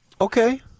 Okay